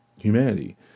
humanity